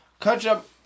Ketchup